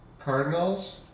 Cardinals